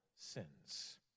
sins